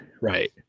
Right